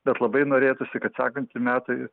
bet labai norėtųsi kad sekanti metai